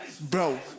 Bro